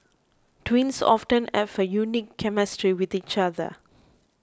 twins often have a unique chemistry with each other